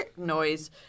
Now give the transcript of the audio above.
Noise